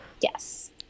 Yes